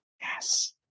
Yes